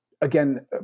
again